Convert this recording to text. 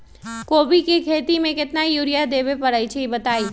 कोबी के खेती मे केतना यूरिया देबे परईछी बताई?